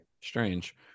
Strange